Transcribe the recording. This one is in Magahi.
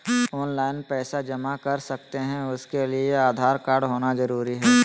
ऑनलाइन पैसा जमा कर सकते हैं उसके लिए आधार कार्ड होना जरूरी है?